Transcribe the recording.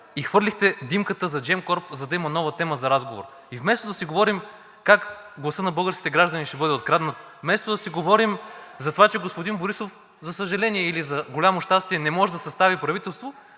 и хвърлихте димката за Gemcorp, за да има нова тема за разговор. Вместо да си говорим как гласът на българските граждани ще бъде откраднат, вместо да си говорим за това, че господин Борисов, за съжаление, или за голямо щастие, не може да състави правителство,